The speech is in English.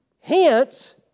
hence